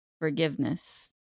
forgiveness